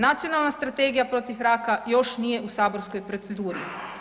Nacionalna strategija protiv raka još nije u saborskoj proceduri.